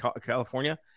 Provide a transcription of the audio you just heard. California